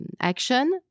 action